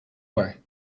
way